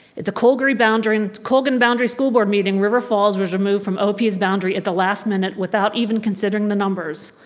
at the colgan boundary and colgan boundary school board meeting, river falls was removed from op's boundary at the last minute without even considering the numbers.